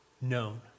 known